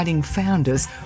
founders